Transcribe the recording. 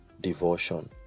devotion